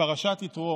בפרשת יתרו